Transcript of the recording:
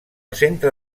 centre